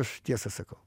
aš tiesą sakau